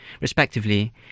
Respectively